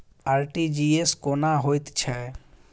RTGS कोना होइत छै?